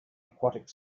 aquatic